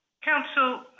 Council